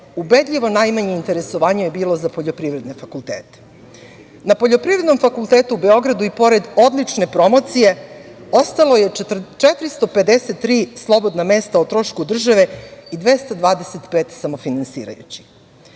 ubedljivo najmanje interesovanje je bilo za poljoprivredne fakultete. Na Poljoprivrednom fakultetu u Beogradu i pored odlične promocije, ostalo je 453 slobodna mesta o trošku države, i 225 samofinansirajućih.